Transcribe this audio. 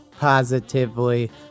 Positively